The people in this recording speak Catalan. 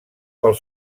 pels